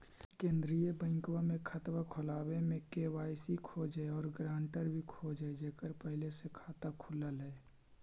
केंद्रीय बैंकवा मे खतवा खोलावे मे के.वाई.सी खोज है और ग्रांटर भी खोज है जेकर पहले से खाता खुलल है?